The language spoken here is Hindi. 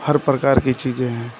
हर प्रकार की चीज़ें हैं